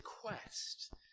quest